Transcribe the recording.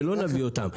ולא נביא אותם.